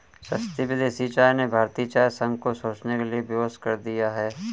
सस्ती विदेशी चाय ने भारतीय चाय संघ को सोचने के लिए विवश कर दिया है